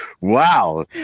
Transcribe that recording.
Wow